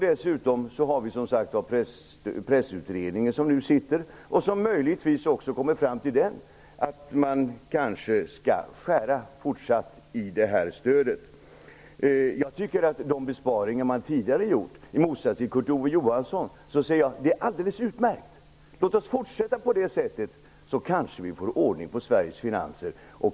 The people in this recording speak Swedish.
Dessutom arbetar Presstödsutredningen, som möjligtvis kommer fram till att man skall fortsätta att skära i detta stöd. I motsats till Kurt Ove Johansson anser jag att de besparingar som tidigare har gjorts är alldeles utmärkta. Låt oss fortsätta på det sättet så får vi kanske ordning på Sveriges finanser.